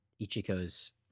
Ichiko's